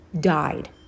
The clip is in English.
died